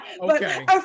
okay